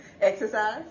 Exercise